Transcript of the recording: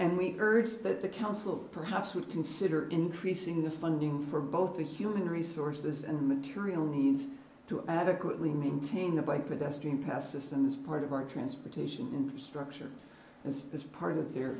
and we urge that the council perhaps would consider increasing the funding for both the human resources and material needs to adequately maintain the bike pedestrian path systems part of our transportation infrastructure as part of their